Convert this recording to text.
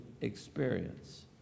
experience